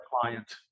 client